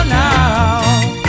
now